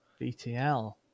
BTL